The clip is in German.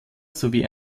sowie